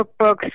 cookbooks